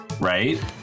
right